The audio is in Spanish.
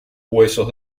huesos